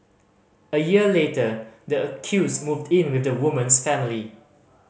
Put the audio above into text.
a year later the accused moved in with the woman's family